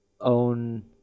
own